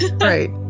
Right